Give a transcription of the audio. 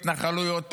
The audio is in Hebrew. התנחלויות.